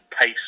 pace